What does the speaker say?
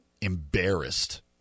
embarrassed